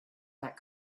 that